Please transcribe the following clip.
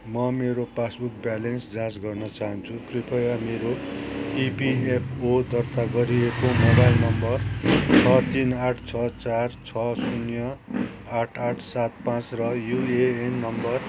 म मेरो passbook balance जाँच गर्न चाहन्छु कृपया मेरो इपिएफओ दर्ता गरिएको मोबाइल नम्बर छ तिन आठ छ चार छ शून्य आठ आठ सात पाँच र युएएन नम्बर